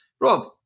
Rob